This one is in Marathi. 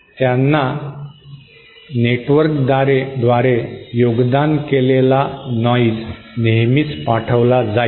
त्यांना नेटवर्कद्वारे योगदान केलेला नॉइज नेहमीच पाठविला जाईल